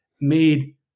made